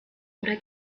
oder